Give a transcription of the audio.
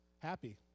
happy